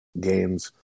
games